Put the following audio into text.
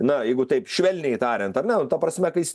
na jeigu taip švelniai tariant ar ne nu ta prasme kai jis